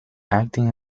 acting